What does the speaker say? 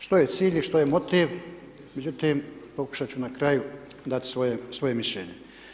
Što je cilj i što je motiv, međutim, pokušati ću na kraju dati svoje mišljenje.